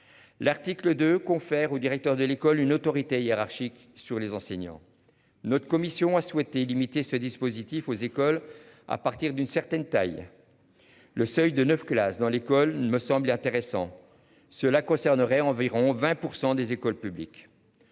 L'article deux confère au directeur de l'école une autorité hiérarchique sur les enseignants. Notre commission a souhaité illimité ce dispositif aux écoles à partir d'une certaine taille. Le seuil de 9 classe dans l'école me semblait intéressant. Cela concernerait environ 20% des écoles publiques.